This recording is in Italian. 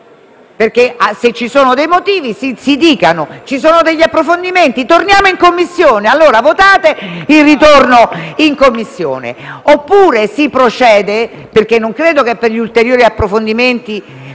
Se ci sono dei motivi, che si dicano. Ci sono degli approfondimenti da fare? Si torni in Commissione: allora votate il ritorno in Commissione. Oppure si proceda, perché non credo che gli ulteriori approfondimenti